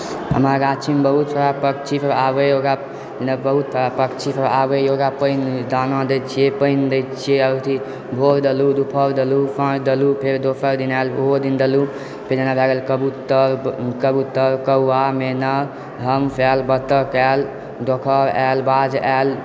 हमरा गाछीमे बहुत सारा पक्षी सब आबैए ओकरा बहुत सारा पक्षी सब आबैए ओकरा पानि दाना दए छियै पानि दए छियै आ अथी भोर देलहुँ दुपहर देलहुँ साँझ देलहुँ फेर दोसर दिन आएल ओहो दिन देलहुँ फेर जेना भए गेल कबूतर कबूतर कौआ मैना हन्स आएल बत्तक आएल डोकहर आएल बाज आएल